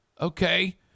okay